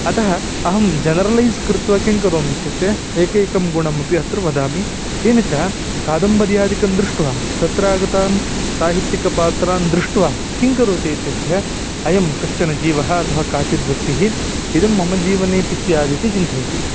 अतः अहं जनरलैस् कृत्वा किं करोमि इत्युक्ते एकैकं गुणमपि अत्र वदामि येन च कादम्बर्यादिकं दृष्ट्वा तत्रागतान् साहित्यिकपात्रान् दृष्ट्वा किं करोति इत्युक्ते अयं कश्चन जीवः अथवा काचिद् व्यक्तिः इदं मम जीवनेपि स्यादिति चिन्तयति